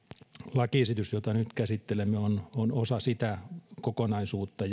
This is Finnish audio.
lakiesitys jota nyt käsittelemme on on osa sitä kokonaisuutta